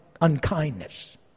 unkindness